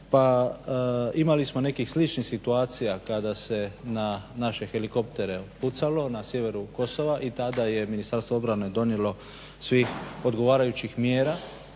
Pa imali smo nekih sličnih situacija kada se na naše helikoptere pucalo na sjeveru Kosova i tada je Ministarstvo obrane donijelo svih odgovarajućih mjera